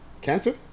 Cancer